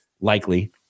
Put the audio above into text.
likely